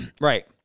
Right